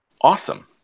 Awesome